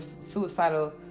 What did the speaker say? suicidal